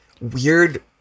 weird